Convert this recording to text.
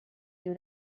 you